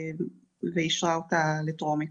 ואישרה אותה לטרומית,